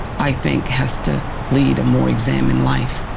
i think has to lead a more examined life.